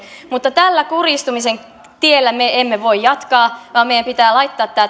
mutta tällä kurjistumisen tiellä me emme voi jatkaa vaan meidän pitää laittaa